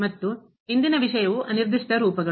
ಮತ್ತು ಇಂದಿನ ವಿಷಯವು ಅನಿರ್ದಿಷ್ಟ ರೂಪಗಳು